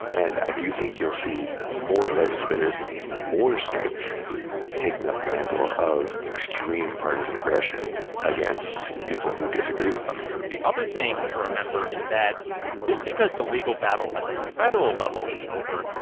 and i do think you'll see more legislators in more states taking up the mantle of extreme partisan aggression against people who disagree with them the other thing to remember is that just because the legal battle at the federal level is over,